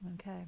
Okay